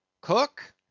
cook